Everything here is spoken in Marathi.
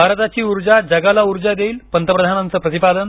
भारताची ऊर्जा जगाला ऊर्जा देईल पंतप्रधानांचं प्रतिपादन